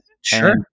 Sure